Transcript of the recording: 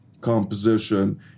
composition